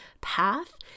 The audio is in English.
path